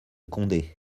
condé